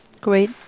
great